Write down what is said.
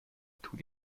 tun